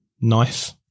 knife